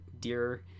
dear